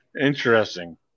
Interesting